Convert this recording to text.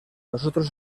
nosotros